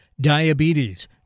diabetes